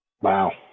Wow